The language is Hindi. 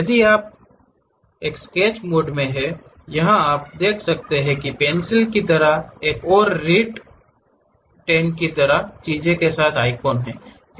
यदि आप जब तक स्केच मोड में हैं यहाँ आप देख सकते हैं कि पेंसिल की तरह की और रिट 10 तरह की चीज़ के साथ एक आइकन है